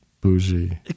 bougie